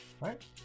Right